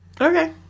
Okay